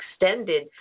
extended